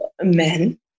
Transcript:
men